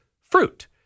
fruit